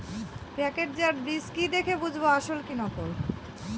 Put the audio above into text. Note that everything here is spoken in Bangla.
প্যাকেটজাত বীজ কি দেখে বুঝব আসল না নকল?